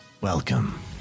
welcome